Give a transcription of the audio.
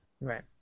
Right